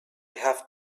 have